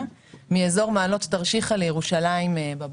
מאזור מעלות תרשיחא לירושלים בבוקר,